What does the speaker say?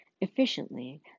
Efficiently